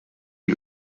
die